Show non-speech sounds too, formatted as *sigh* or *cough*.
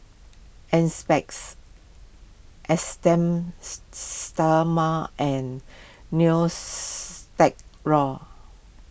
Enzyplex Esteem *unintelligible* stoma and *unintelligible*